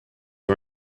you